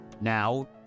Now